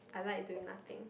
I like doing nothing